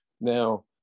Now